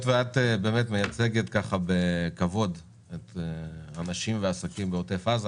היות ואת מייצגת בכבוד את האנשים והעסקים בעוטף עזה,